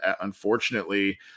unfortunately